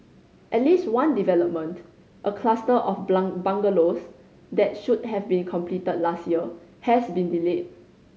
at least one development a cluster of bungalows that should have been completed last year has been delayed